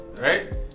right